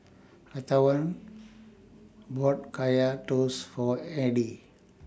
Antwain bought Kaya Toast For Audy